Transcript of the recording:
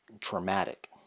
traumatic